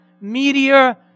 meteor